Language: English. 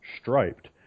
striped